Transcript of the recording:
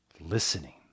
listening